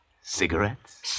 cigarettes